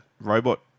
robot